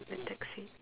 the taxi